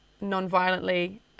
non-violently